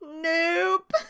Nope